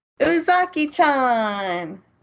Uzaki-chan